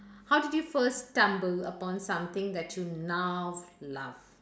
how did you first stumbled upon something that you now love